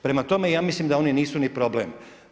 Prema tome, ja mislim da oni nisu ni problem.